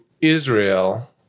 Israel